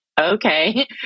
okay